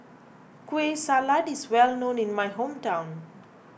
Kueh Salat is well known in my hometown